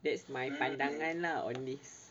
that's my pandangan lah on this